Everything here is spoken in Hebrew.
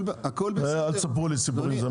אל תספרו לי סיפורים.